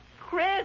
Chris